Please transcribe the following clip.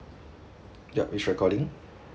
ya which recording